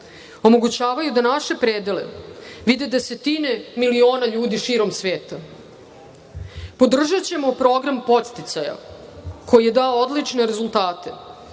omogućavaju da naše predele vide desetine miliona ljudi širom sveta. Podržaćemo program podsticaja, koji je dao odlične rezultate.